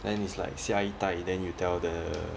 then it's like 下一代 then you tell the